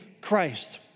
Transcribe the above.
Christ